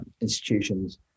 institutions